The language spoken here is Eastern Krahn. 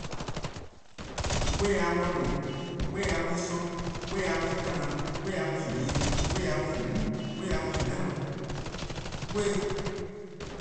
'Wiki-a 'we-eh 'due', 'wiki-a 'we-'sororn, 'wiki-a 'we-taan, 'wiki-a 'we-nyieh, 'wiki-a 'we-mm', 'wiki-a 'we-:meheh'lo:, 'wiki